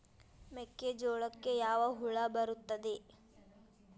ಮೆಕ್ಕೆಜೋಳಕ್ಕೆ ಯಾವ ಹುಳ ಬರುತ್ತದೆ?